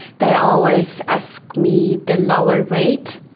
they always ask me the lower rate.